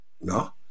no